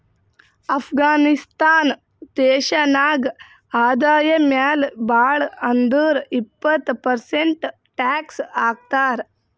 ಅಫ್ಘಾನಿಸ್ತಾನ್ ದೇಶ ನಾಗ್ ಆದಾಯ ಮ್ಯಾಲ ಭಾಳ್ ಅಂದುರ್ ಇಪ್ಪತ್ ಪರ್ಸೆಂಟ್ ಟ್ಯಾಕ್ಸ್ ಹಾಕ್ತರ್